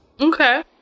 okay